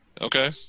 Okay